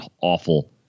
awful